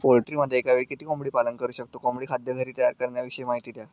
पोल्ट्रीमध्ये एकावेळी किती कोंबडी पालन करु शकतो? कोंबडी खाद्य घरी तयार करण्याविषयी माहिती द्या